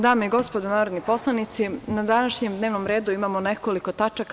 Dame i gospodo narodni poslanici, na današnjem dnevnom redu imamo nekoliko tačaka.